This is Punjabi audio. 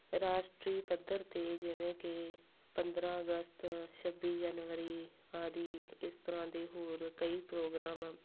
ਰਾਸ਼ਟਰੀ ਪੱਧਰ 'ਤੇ ਜਿਵੇਂ ਕਿ ਪੰਦਰਾਂ ਅਗਸਤ ਛੱਬੀ ਜਨਵਰੀ ਆਦਿ ਇਸ ਤਰ੍ਹਾਂ ਦੇ ਹੋਰ ਕਈ ਪ੍ਰੋਗਰਾਮ